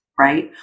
right